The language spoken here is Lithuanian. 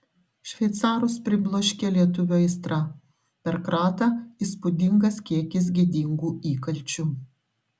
šveicarus pribloškė lietuvio aistra per kratą įspūdingas kiekis gėdingų įkalčių